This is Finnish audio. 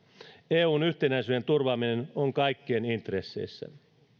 eun yhtenäisyyden turvaaminen on kaikkien intresseissä